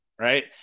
Right